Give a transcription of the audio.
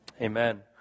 amen